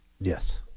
Yes